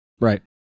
Right